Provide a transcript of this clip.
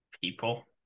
people